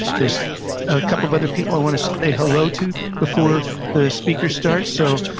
there's a couple of other people i want to say hello to before the speaker start, so,